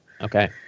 Okay